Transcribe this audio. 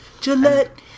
Gillette